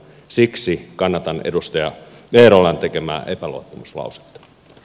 siksi kannatan edustaja eerolan tekemää epäluottamuslausetta